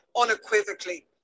unequivocally